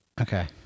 okay